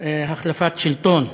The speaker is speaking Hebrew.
החלפת שלטון.